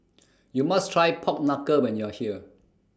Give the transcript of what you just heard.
YOU must Try Pork Knuckle when YOU Are here